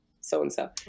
so-and-so